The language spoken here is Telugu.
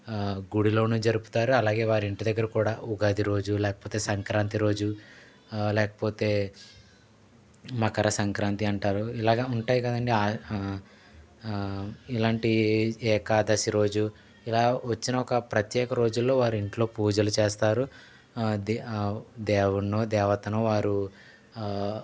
గుడిలోనే జరుపుతారు అలాగే వారి ఇంటి దగ్గర కూడా ఉగాది రోజు లేకపోతే సంక్రాంతి రోజు లేకపోతే మకర సంక్రాంతి అంటారు ఇలాగ ఉంటాయ్ కదండీ ఇలాంటి ఏకాదశి రోజు ఇలా వచ్చిన ఒక ప్రత్యేక రోజుల్లో వారు ఇంట్లో పూజలు చేస్తారు దేవ్ దేవుడ్నో దేవతనో వారు